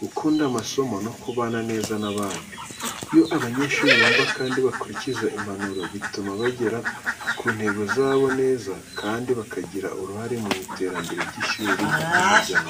gukunda amasomo no kubana neza n’abandi. Iyo abanyeshuri bumva kandi bakurikiza impanuro, bituma bagera ku ntego zabo neza kandi bakagira uruhare mu iterambere ry’ishuri n’umuryango.